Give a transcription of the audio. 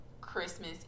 Christmas